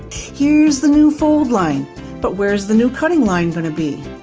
here's the new fold line but where's the new cutting line going to be?